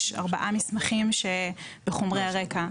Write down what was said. יש ארבעה מסמכים בחומרי הרקע.